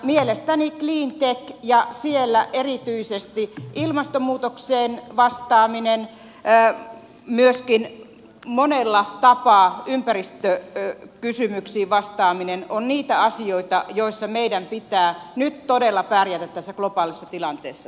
mielestäni cleantech ja siellä erityisesti ilmastonmuutokseen vastaaminen myöskin monella tapaa ympäristökysymyksiin vastaaminen on niitä asioita joissa meidän pitää nyt todella pärjätä tässä globaalissa tilanteessa